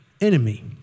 enemy